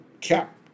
cap